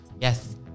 Yes